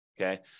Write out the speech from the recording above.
okay